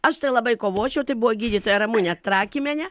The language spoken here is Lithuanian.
aš tai labai kovočiau tai buvo gydytoja ramunė trakymienė